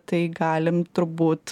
tai galim turbūt